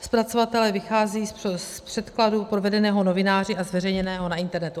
Zpracovatelé vycházejí z překladu provedeného novináři a zveřejněného na internetu.